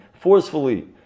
forcefully